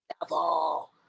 Devil